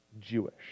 Jewish